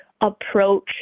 approach